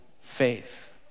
faith